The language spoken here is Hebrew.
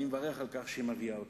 אני מברך על כך שהיא מביאה אותם.